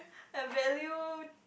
I value